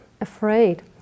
afraid